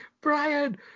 Brian